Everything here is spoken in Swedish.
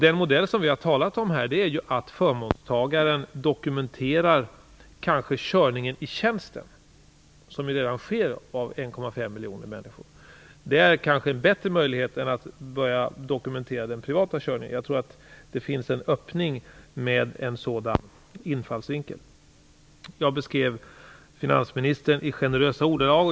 Den modell vi har talat om innebär att förmånstagaren eventuellt skall dokumentera körningen i tjänsten. Detta görs redan av 1,5 miljoner människor. Det är kanske en bättre möjlighet än att man skall börja dokumentera den privata körningen. Jag tror att en sådan infallsvinkel innebär en öppning. Jag beskrev finansministern i generösa ordalag.